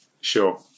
sure